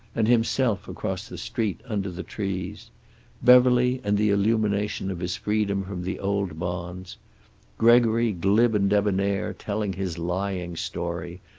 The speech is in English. and himself across the street under the trees beverly, and the illumination of his freedom from the old bonds gregory, glib and debonair, telling his lying story,